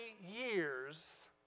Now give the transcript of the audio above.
years